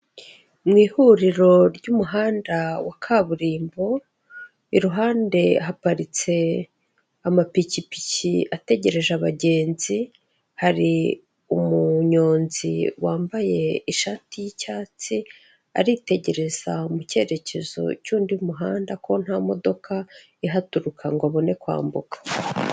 Mu ihuriro ry'umuhanda wa kaburimbo, iruhande haparitse amapikipiki ategereje abagenzi, hari umunyonzi wambaye ishati y'icyatsi aritegereza mu cyerekezo cy'undi muhanda ko nta modoka ihaturuka ngo abone kwambuka.